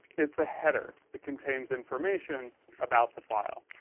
it's a header, it contains information about the file.